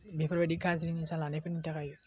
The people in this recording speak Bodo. बेफोरबायदि गाज्रि निसा लानायफोरनि थाखाय